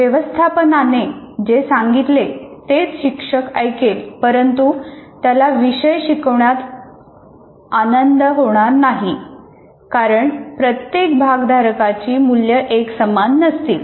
व्यवस्थापनाने जे सांगितले तेच शिक्षक ऐकेल परंतु त्याला विषय शिकवण्यात आनंद बंद होणार नाही कारण प्रत्येक भागधारकांची मूल्य एकसमान नसतील